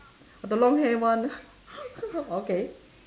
the long hair one okay